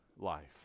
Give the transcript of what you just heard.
life